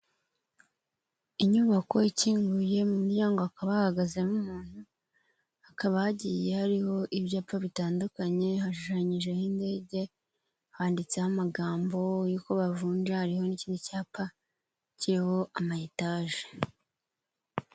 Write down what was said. Inyubako ikinguye mu muryango hakaba hahagazemo umuntu, hakaba hagiye hariho ibyapa bitandukanye, hashushanyijeho indege, handitseho amagambo y'uko bavunja, hariho n'ikindi cyapa kiriho amayetage.